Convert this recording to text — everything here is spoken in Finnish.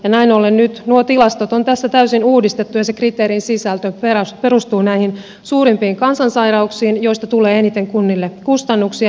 näin ollen nyt nuo tilastot on tässä täysin uudistettu ja se kriteerin sisältö perustuu näihin suurimpiin kansansairauksiin joista tulee kunnille eniten kustannuksia